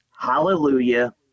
Hallelujah